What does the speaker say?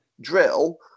drill